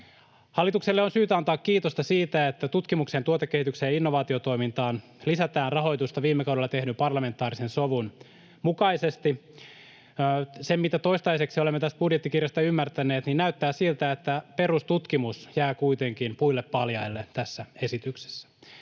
Hallitukselle on syytä antaa kiitosta siitä, että tutkimukseen, tuotekehitykseen ja innovaatiotoimintaan lisätään rahoitusta viime kaudella tehdyn parlamentaarisen sovun mukaisesti. Se, mitä toistaiseksi olemme tästä budjettikirjasta ymmärtäneet, näyttää siltä, että perustutkimus jää kuitenkin puille paljaille tässä esityksessä.